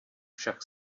však